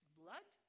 blood